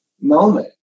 moment